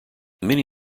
many